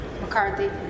McCarthy